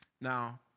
Now